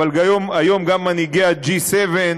אבל היום גם מנהיגי ה-G7,